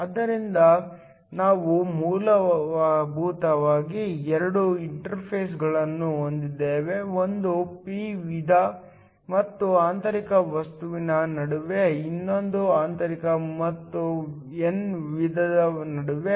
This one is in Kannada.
ಆದ್ದರಿಂದ ನಾವು ಮೂಲಭೂತವಾಗಿ ಎರಡು ಇಂಟರ್ಫೇಸ್ಗಳನ್ನು ಹೊಂದಿದ್ದೇವೆ ಒಂದು p ವಿಧ ಮತ್ತು ಆಂತರಿಕ ವಸ್ತುವಿನ ನಡುವೆ ಇನ್ನೊಂದು ಆಂತರಿಕ ಮತ್ತು n ವಿಧದ ನಡುವೆ